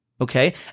Okay